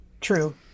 true